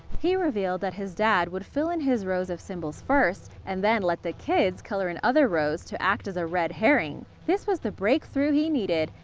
he revealed that his dad would fill in his rows of symbols first, and then let the kids color in other rows to act as a red herring. this was the breakthrough needed,